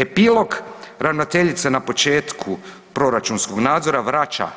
Epilog, ravnateljica na početku proračunskog nadzora vraća